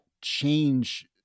change